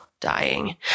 dying